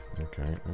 Okay